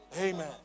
Amen